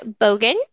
Bogan